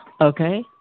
okay